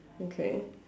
okay